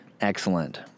Excellent